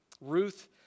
Ruth